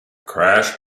crash